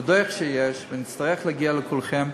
ועוד איך יש, ונצטרך להגיע לכולכם,